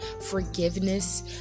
forgiveness